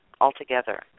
altogether